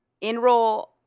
enroll